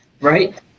right